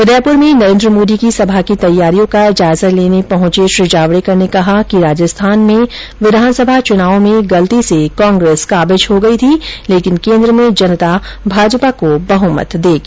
उदयपुर में नरेन्द्र मोदी की सभा की तैयारियों का जायजा लेने पहुंचे श्री जावड़ेकर ने कहा कि राजस्थान में विधानसभा चुनाव में गलती से कांग्रेस काबिज हो गई थी लेकिन केन्द्र में जनता भाजपा को बहमत देगी